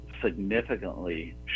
significantly